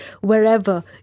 wherever